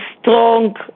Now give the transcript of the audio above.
strong